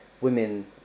women